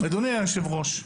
אדוני היושב ראש,